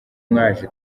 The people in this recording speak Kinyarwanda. mwaje